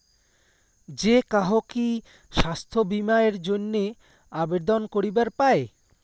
যে কাহো কি স্বাস্থ্য বীমা এর জইন্যে আবেদন করিবার পায়?